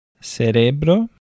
Cerebro